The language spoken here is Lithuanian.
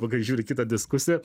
va kai žiūri į kitą diskusiją